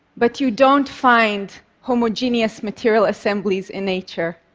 but you don't find homogenous material assemblies in nature.